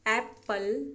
apple